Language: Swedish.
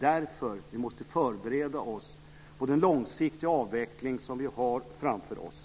Därför måste vi förbereda oss på den långsiktiga avveckling som vi har framför oss.